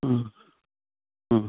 অঁ অঁ